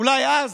אולי אז